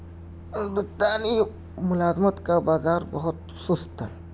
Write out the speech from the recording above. ملازمت کا بازار بہت سست ہے